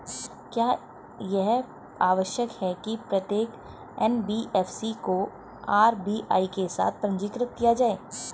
क्या यह आवश्यक है कि प्रत्येक एन.बी.एफ.सी को आर.बी.आई के साथ पंजीकृत किया जाए?